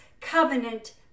covenant